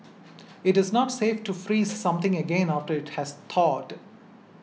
it is not safe to freeze something again after it has thawed